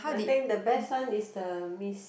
I think the best one is the miss